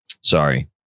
Sorry